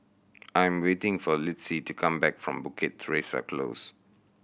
I am waiting for Litzy to come back from Bukit Teresa Close